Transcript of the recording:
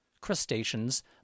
crustaceans